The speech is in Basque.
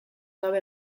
gabe